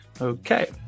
Okay